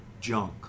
junk